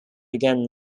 again